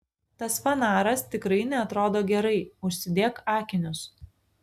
tas fanaras tikrai neatrodo gerai užsidėk akinius